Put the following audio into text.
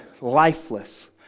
lifeless